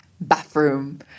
bathroom